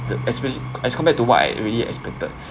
especially as compared to what I really expected